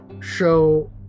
show